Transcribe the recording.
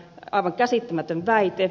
aivan käsittämätön väite